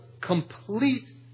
complete